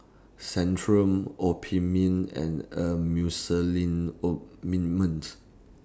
Centrum Obimin and